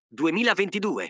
2022